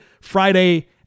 Friday